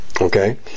okay